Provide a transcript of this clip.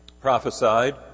prophesied